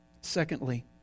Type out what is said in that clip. Secondly